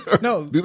No